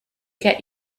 get